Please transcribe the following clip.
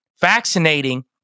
vaccinating